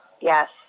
Yes